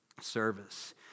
service